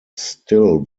still